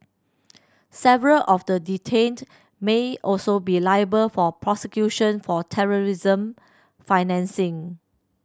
several of the detained may also be liable for prosecution for terrorism financing